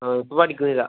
ആ ഇപ്പോൾ പഠിക്കുന്നില്ല